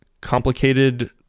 complicated